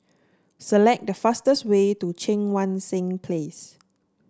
select the fastest way to Cheang Wan Seng Place